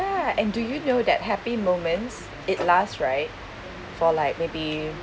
ya and do you know that happy moments it last right for like maybe